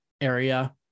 area